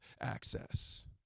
access